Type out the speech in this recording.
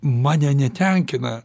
mane netenkina